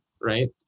right